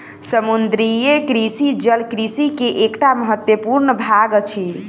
समुद्रीय कृषि जल कृषि के एकटा महत्वपूर्ण भाग अछि